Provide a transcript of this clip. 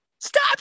stop